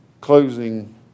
closing